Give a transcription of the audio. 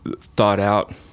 thought-out